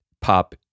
pop